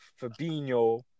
Fabinho